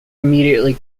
immediately